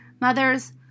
Mothers